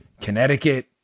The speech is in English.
Connecticut